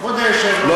אדוני היושב-ראש,